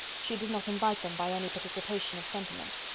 she did not invite them by any participation of sentiment.